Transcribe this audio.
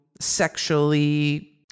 sexually